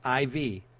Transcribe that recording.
IV